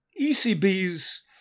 ECB's